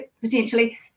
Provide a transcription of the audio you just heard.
potentially